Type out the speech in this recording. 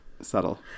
subtle